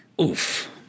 Oof